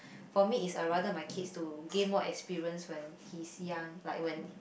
for me is I rather my kids to gain more experience when he's young like when